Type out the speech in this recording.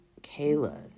Kayla